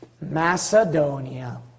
Macedonia